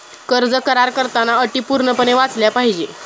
कर्ज करार करताना अटी पूर्णपणे वाचल्या पाहिजे